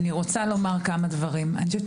אני רוצה לומר כמה דברים: אני חושבת